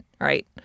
right